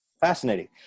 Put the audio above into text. Fascinating